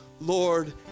Lord